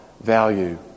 value